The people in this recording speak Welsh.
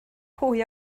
pwy